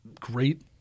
great